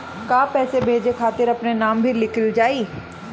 का पैसा भेजे खातिर अपने नाम भी लिकल जाइ?